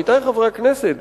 עמיתי חברי הכנסת,